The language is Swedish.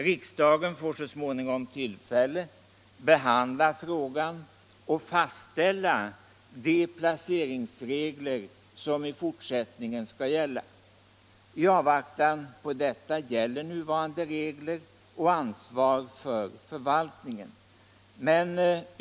Riksdagen får så småningom tillfälle att behandla frågan och fastställa de placeringsregler som i fortsättningen skall gälla. I avvaktan på detta gäller nuvarande regler och ansvar för förvaltningen.